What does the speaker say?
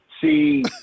see